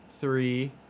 three